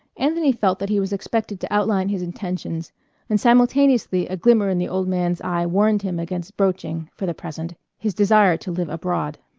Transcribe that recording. anthony felt that he was expected to outline his intentions and simultaneously a glimmer in the old man's eye warned him against broaching, for the present, his desire to live abroad.